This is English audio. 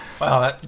wow